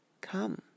come